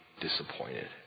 disappointed